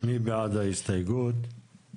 אז נעלה את ההסתייגות הזאת להצבעה.